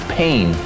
pain